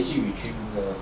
谁去 retrieve